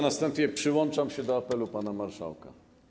Na wstępie przyłączam się do apelu pana marszałka.